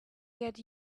get